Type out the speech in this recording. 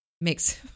makes